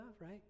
Right